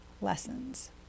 lessons